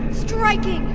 striking.